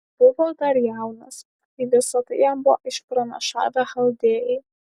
buvo dar jaunas kai visa tai jam buvo išpranašavę chaldėjai